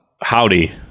Howdy